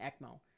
ECMO